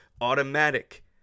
automatic